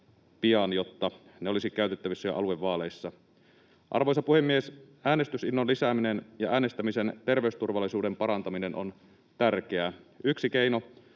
pian, jotta ne olisivat käytettävissä jo aluevaaleissa. Arvoisa puhemies! Äänestysinnon lisääminen ja äänestämisen terveysturvallisuuden parantaminen ovat tärkeitä. Yksi keino